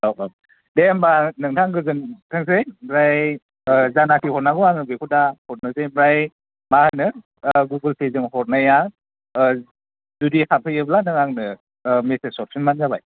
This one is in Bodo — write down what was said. औ औ दे होम्बा नोंथां गोजोनथोंसै ओमफ्राय जायनाखि हरनांगौ बेखौ आं दा हरनोसै ओमफ्राय मा होनो ओ गुगोल पे जों हरनाया ओ जुदि हाबहैयोब्ला नों आंनो ओ मेसेज हरफिनबानो जाबाय